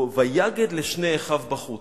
"ויגד לשני אחיו בחוץ".